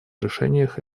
решениях